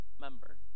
member